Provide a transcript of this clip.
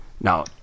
Now